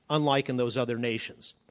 unlike in those other nations.